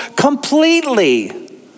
completely